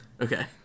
Okay